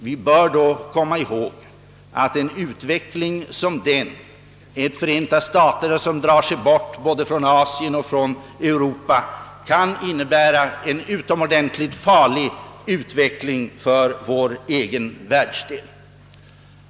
Vi bör dock komma ihåg att en sådan utveckling, ett Förenta staterna som drar sig bort från Asien och Europa, kan innebära en utomordentligt farlig utveckling för vår egen världsdel.